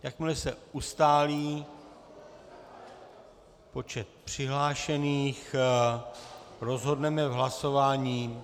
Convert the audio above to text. Jakmile se ustálí počet přihlášených, rozhodneme v hlasování.